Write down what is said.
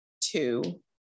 two